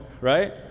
right